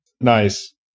nice